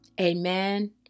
amen